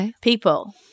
people